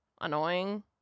annoying